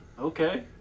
Okay